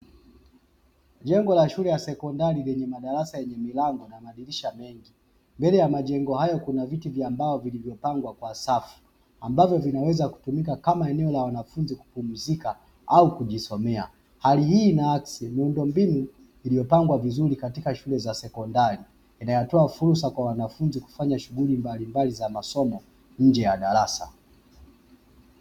Jengo la shule ya sekondari lenye madarasa yenye milango na madirisha mengi, mbele ya majengo hayo kuna viti vya mbao vilivyopangwa kwa safu ambavyo vinaweza kutumika kama eneo la wanafunzi kupumzika au kujisomea. Hali hii inaakisi miundombinu iliyopangwa vizuri katika shule za sekondari inayotoa fursa kwa wanafunzi kufanya shughuli mbalimbali za masomo nje ya darasa.